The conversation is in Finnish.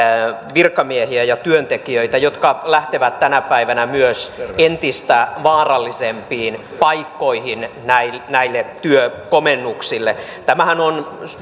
virkamiehiä ja työntekijöitä jotka lähtevät tänä päivänä myös entistä vaarallisempiin paikkoihin näille näille työkomennuksille tämähän on